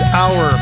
hour